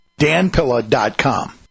danpilla.com